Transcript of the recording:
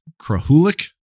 Krahulik